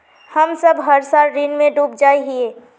हम सब हर साल ऋण में डूब जाए हीये?